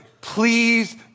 please